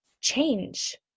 change